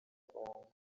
congo